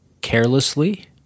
carelessly